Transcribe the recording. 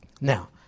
Now